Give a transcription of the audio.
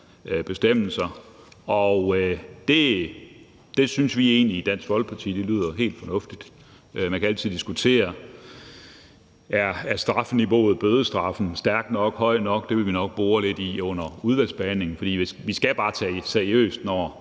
bestemmelser. Det synes vi i Dansk Folkeparti egentlig lyder helt fornuftigt. Man kan altid diskutere strafniveauet, og om bødestraffen er høj nok. Det vil vi nok bore lidt i under udvalgsbehandlingen, for vi skal tage det seriøst, når